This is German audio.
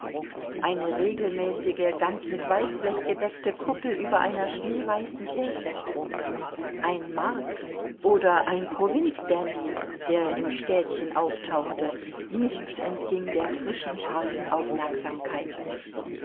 eine regelmäßige ganz mit weißblech gedeckte kuppel über einer schneeweißen kirche ein markt oder ein provinzdandy der im städtchen auftauchte nichts entging der frischen scharfen aufmerksamkeit